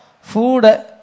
Food